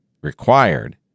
required